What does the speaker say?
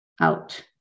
out